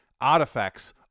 Artifacts